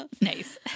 Nice